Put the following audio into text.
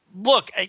Look